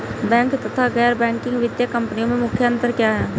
Bank तथा गैर banking वित्तीय कंपनियों में मुख्य अंतर क्या है?